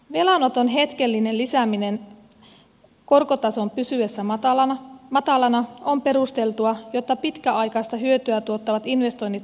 velanoton hetkellinen lisääminen korkotason pysyessä matalana on perusteltua jotta pitkäaikaista hyötyä tuottavat investoinnit saadaan tehtyä